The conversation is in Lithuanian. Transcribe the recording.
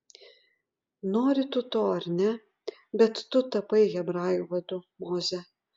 nori tu to ar ne bet tu tapai hebrajų vadu moze